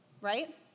right